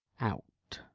out